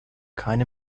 keine